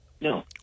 No